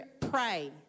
pray